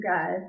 God